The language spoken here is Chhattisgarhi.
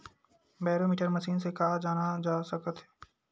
बैरोमीटर मशीन से का जाना जा सकत हे?